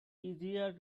easier